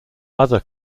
other